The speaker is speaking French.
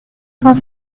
cent